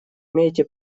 имеете